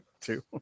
two